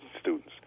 students